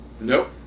Nope